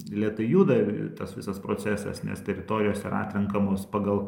lėtai juda ir tas visas procesas nes teritorijos yra atrenkamos pagal